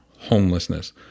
homelessness